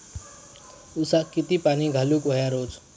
ऊसाक किती पाणी घालूक व्हया रोज?